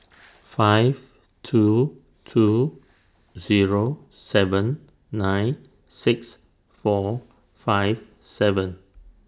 five two two Zero seven nine six four five seven